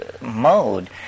mode